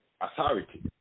authority